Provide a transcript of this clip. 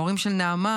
ההורים של נעמה,